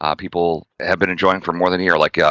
um people have been enjoying for more than a year, like, yeah